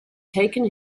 taken